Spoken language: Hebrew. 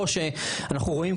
או שאנחנו רואים,